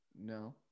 No